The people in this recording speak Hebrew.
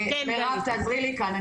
מירב תעזרי לי כאן.